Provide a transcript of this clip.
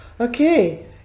okay